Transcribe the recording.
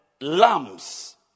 lambs